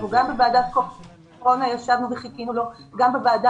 גם אנחנו בוועדת הקורונה ישבנו וחיכינו לו וגם עכשיו בוועדה